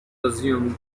assumed